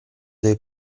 dei